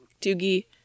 Doogie